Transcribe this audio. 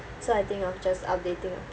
so I think of just updating